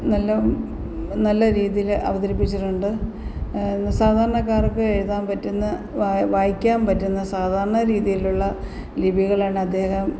നല്ല നല്ല രീതിയിൽ അവതരിപ്പിച്ചിട്ടുണ്ട് സാധാരണക്കാര്ക്ക് എഴുതാന് പറ്റുന്ന വായിക്കാന് പറ്റുന്ന സാധാരണ രീതിയിലുള്ള ലിപികളാണ് അദ്ദേഹം